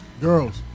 girls